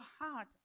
heart